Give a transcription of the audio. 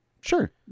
Sure